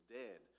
dead